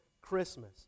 Christmas